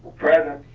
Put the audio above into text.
present.